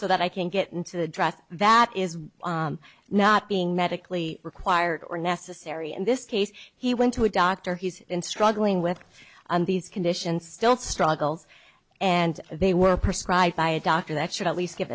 so that i can get into the dress that is not being medically required or necessary in this case he went to a doctor he's been struggling with these conditions still struggles and they were prescribed by a doctor that should at least give